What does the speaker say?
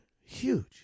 Huge